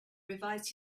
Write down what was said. revised